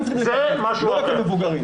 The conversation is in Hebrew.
זה משהו אחר.